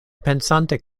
pensante